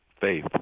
faith